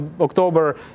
October